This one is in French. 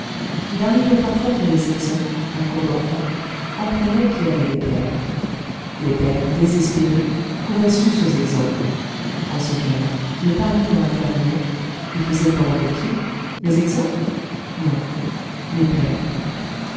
il arrivait parfois que les exempts à court d'enfants en prenaient qui avaient des pères les pères désespérés couraient sus aux exempts en ce cas-là le parlement intervenait et faisait pendre qui les exempts non les pères